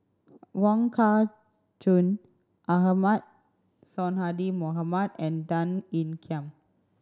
Wong Kah Chun Ahmad Sonhadji Mohamad and Tan Ean Kiam